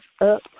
up